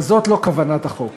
אבל זאת לא כוונת החוק.